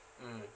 mm